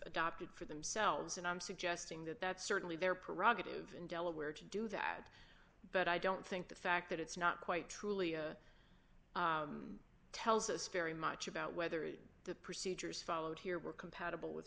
adopted for themselves and i'm suggesting that that's certainly their prerogative in delaware to do that but i don't think the fact that it's not quite truly a tells us very much about whether the procedures followed here were compatible with